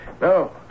No